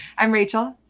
i'm rachel.